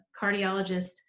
cardiologist